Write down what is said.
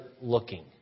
looking